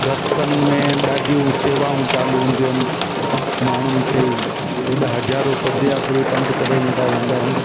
रस्तनि में ॾाढियूं शेवाऊं चालू हूंदियूं आहिनि माण्हुनि खे हेॾा हज़ारो पद यात्री पंधु करे ईंदा वेंदा आहिनि